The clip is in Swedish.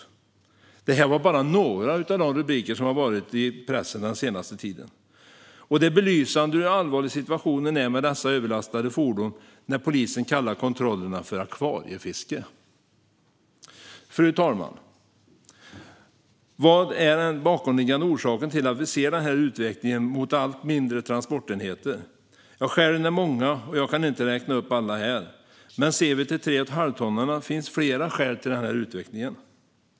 Det här var bara några av de rubriker som har förekommit i pressen den senaste tiden. Den allvarliga situationen med dessa överlastade fordon belyses av att polisen kallar kontrollerna för "akvariefiske". Fru talman! Vad är den bakomliggande orsaken till att vi ser denna utveckling mot allt mindre transportenheter? Skälen är många, och jag kan inte räkna upp alla här, men ser vi till 3,5-tonnarna finns flera skäl till utvecklingen.